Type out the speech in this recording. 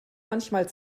manchmal